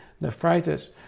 nephritis